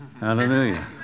Hallelujah